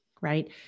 right